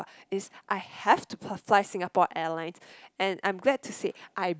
is I have to f~ fly Singapore Airlines and I'm glad to say I've